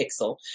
pixel